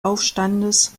aufstandes